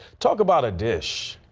talk about a dish.